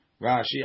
Rashi